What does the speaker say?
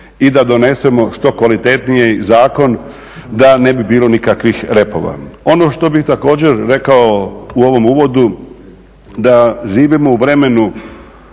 i da donesemo što kvalitetniji zakon da ne bilo nikakvih repova. Ono što bih također rekao u ovom uvodu da živimo u vremenu